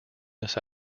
this